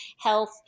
health